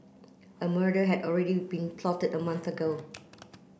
a murder had already been plotted a month ago